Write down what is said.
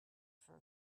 for